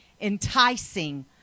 enticing